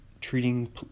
treating